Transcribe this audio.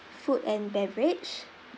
food and beverage